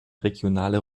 regionale